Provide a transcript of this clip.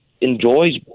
enjoys